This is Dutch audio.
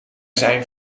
zijn